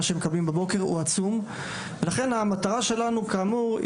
שמקבלים בבוקר הוא עצום; ולכן המטרה שלנו היא כמו שהצעת,